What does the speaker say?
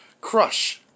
crush